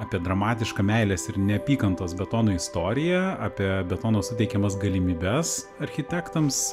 apie dramatišką meilės ir neapykantos betonui istoriją apie betono suteikiamas galimybes architektams